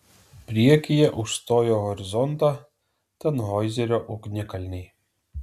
priekyje užstojo horizontą tanhoizerio ugnikalniai